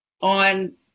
on